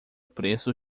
preço